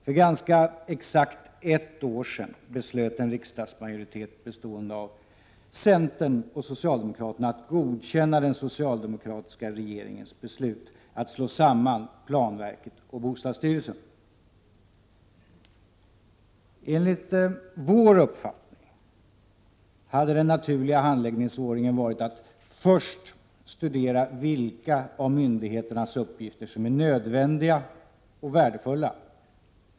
För ganska exakt ett år sedan beslöt en riksdagsmajoritet bestående av centern och socialdemokraterna att godkänna den socialdemokratiska regeringens beslut att slå samman planverket och bostadsstyrelsen. Enligt vår uppfattning hade den naturliga handläggningsordningen varit att först studera vilka av myndigheternas uppgifter som är nödvändiga och värdefulla.